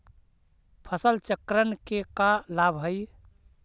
फसल चक्रण के का लाभ हई?